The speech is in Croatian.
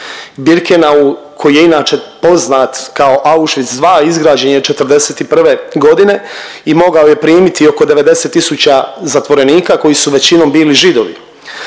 Birkenau koji je inače poznat kao Auschwitz 2, izgrađen je '41. godine i mogao je primiti oko 90 tisuća zatvorenika koji su većinom bili Židovi.